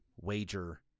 wager